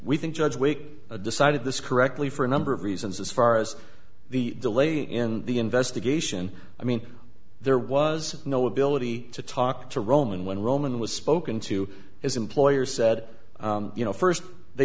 we think judge lake decided this correctly for a number of reasons as far as the delay in the investigation i mean there was no ability to talk to roman when roman was spoken to his employer said you know first they